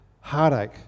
heartache